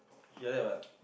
he like that one